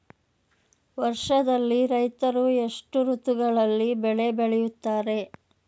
ವರ್ಷದಲ್ಲಿ ರೈತರು ಎಷ್ಟು ಋತುಗಳಲ್ಲಿ ಬೆಳೆ ಬೆಳೆಯುತ್ತಾರೆ?